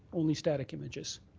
only static images.